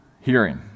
hearing